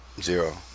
Zero